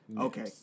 Okay